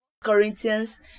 Corinthians